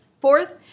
Fourth